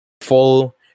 full